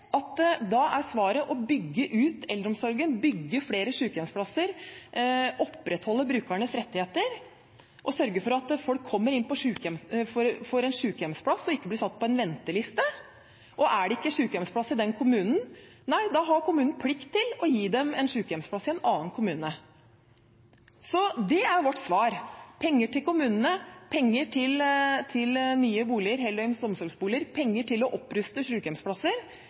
svaret da er å bygge ut eldreomsorgen, bygge flere sykehjemsplasser, opprettholde brukernes rettigheter og sørge for at folk får en sykehjemsplass og ikke blir satt på en venteliste, og er det ikke sykehjemsplass i den kommunen, har kommunen plikt til å gi dem en sykehjemsplass i en annen kommune. Så det er vårt svar: Penger til kommunene, penger til nye boliger, heldøgns omsorgsboliger, penger til å oppruste